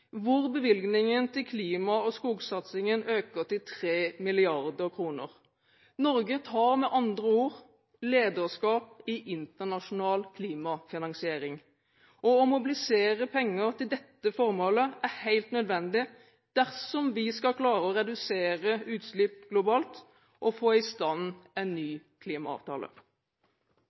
hvor bevilgningen til klima- og skogsatsingen øker til 3 mrd. kr. Norge tar med andre ord lederskap i internasjonal klimafinansiering. Å mobilisere penger til dette formålet er helt nødvendig dersom vi skal klare å redusere utslipp globalt og få i stand en ny klimaavtale.